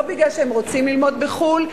לא כי הם רוצים ללמוד בחו"ל,